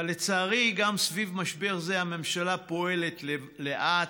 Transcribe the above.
אבל לצערי, גם סביב משבר זה הממשלה פועלת לאט,